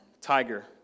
tiger